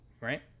right